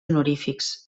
honorífics